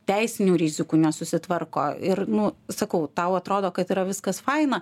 teisinių rizikų nesusitvarko ir nu sakau tau atrodo kad yra viskas faina